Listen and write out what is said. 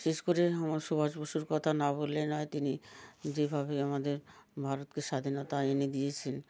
বিশেষ করে আমার সুভাষ বসুর কথা না বললেই নয় তিনি যেভাবে আমাদের ভারতকে স্বাধীনতা এনে দিয়েছেন